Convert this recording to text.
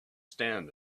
stand